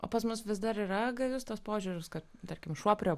o pas mus vis dar yra gajus toks požiūris kad tarkim šuo prie